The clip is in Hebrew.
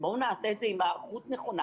בואו נעשה את זה עם היערכות נכונה,